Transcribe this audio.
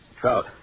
Trout